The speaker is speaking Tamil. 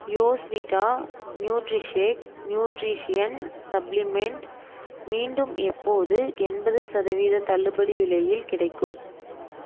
யோஸ்விட்டா நியூட்ரிஷேக் நியூட்ரிஷன் சப்ளிமெண்ட் மீண்டும் எப்போது எண்பது சதவீத தள்ளுபடி விலையில் கிடைக்கும்